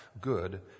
good